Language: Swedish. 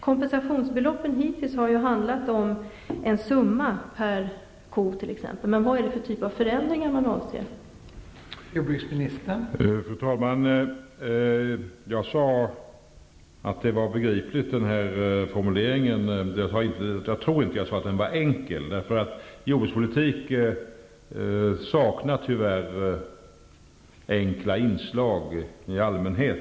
Kompensationsbeloppet har hittills gällt en summa t.ex. per ko, men vilken typ av förändringar avser man nu att göra?